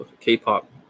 K-pop